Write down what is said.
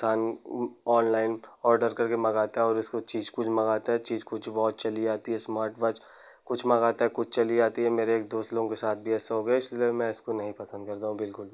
इंसान online order करके मंगाता है और उसको चीज़ कुछ मंगाता है चीज़ कुछ वाच चली आती है इस्मार्टवाच कुछ मंगाता है कुछ चली आती है मेरे दोस्त लोगों के साथ भी ऐसा हो गया इसलिए मैं इसको नहीं पसंद करता हूँ बिल्कुल भी